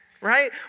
right